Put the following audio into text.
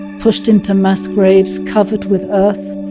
pushed into mass graves, covered with earth.